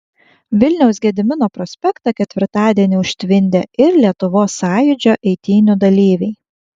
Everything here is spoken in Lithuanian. vilniaus gedimino prospektą ketvirtadienį užtvindė ir lietuvos sąjūdžio eitynių dalyviai